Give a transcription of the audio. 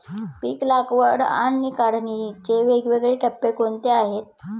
पीक लागवड आणि काढणीचे वेगवेगळे टप्पे कोणते आहेत?